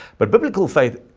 but biblical faith,